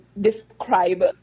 describe